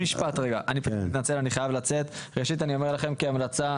אולי זה בסדר שהמסלול יהיה לעלות על הגבעה?